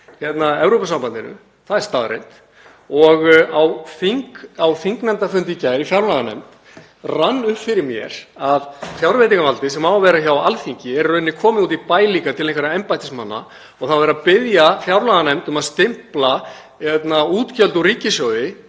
afhent Evrópusambandinu. Það er staðreynd. Á þingnefndarfundi í gær, í fjárlaganefnd, rann upp fyrir mér að fjárveitingavaldið sem á að vera hjá Alþingi er í rauninni líka komið út í bæ til einhverra embættismanna. Það er verið að biðja fjárlaganefnd um að stimpla útgjöld úr ríkissjóði,